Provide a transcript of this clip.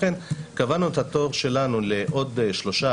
לכן הם קובעים את התור שלהם לעוד שלושה,